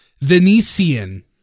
Venetian